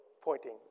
pointing